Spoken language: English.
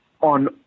on